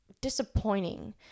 disappointing